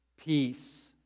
peace